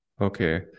okay